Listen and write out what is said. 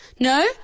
No